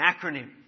acronym